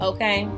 Okay